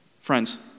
Friends